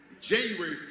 January